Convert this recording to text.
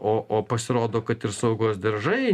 o o pasirodo kad ir saugos diržai